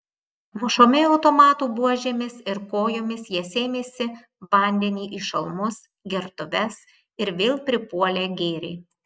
mušami automatų buožėmis ir kojomis jie sėmėsi vandenį į šalmus gertuves ir vėl pripuolę gėrė